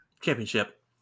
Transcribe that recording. championship